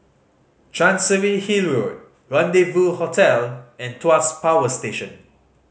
Chancery Hill Rendezvous Hotel and Tuas Power Station